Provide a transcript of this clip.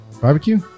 Barbecue